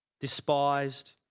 despised